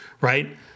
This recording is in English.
right